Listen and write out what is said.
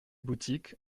boutiques